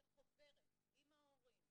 שחוברת עם ההורים,